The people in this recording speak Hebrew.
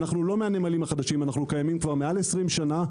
אנחנו לא מהנמלים החדשים קיימים מעל 20 שנה.